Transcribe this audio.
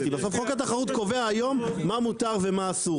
בסוף חוק התחרות קובע היום מה מותר ומה אסור.